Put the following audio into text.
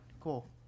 cool